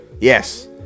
yes